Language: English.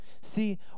See